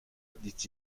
dit